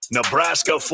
Nebraska